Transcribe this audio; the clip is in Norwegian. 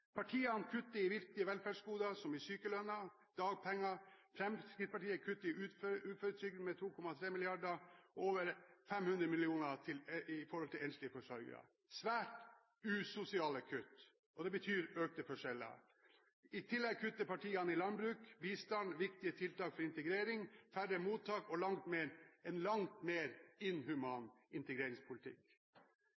Partiene kutter i viktige velferdsgoder, som sykelønn og dagpenger. Fremskrittspartiet kutter uføretrygden med 2,3 mrd. kr og over 500 mill. kr til enslige forsørgere – svært usosiale kutt. Det betyr økte forskjeller. I tillegg kutter partiene i landbruk, bistand og viktige tiltak for integrering, og vi vil få færre mottak og en langt mer inhuman